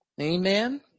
Amen